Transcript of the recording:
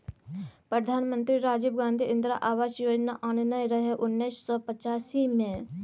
प्रधानमंत्री राजीव गांधी इंदिरा आबास योजना आनने रहय उन्नैस सय पचासी मे